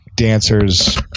dancers